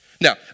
Now